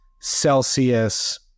Celsius